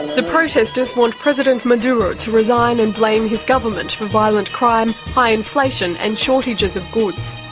the protesters want president maduro to resign, and blame his government for violent crime, high inflation and shortages of goods.